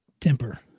Temper